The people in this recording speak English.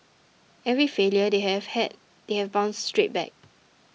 every failure they have had they have bounced straight back